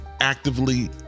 actively